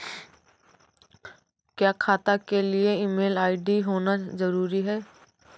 क्या खाता के लिए ईमेल आई.डी होना जरूरी है?